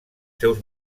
seus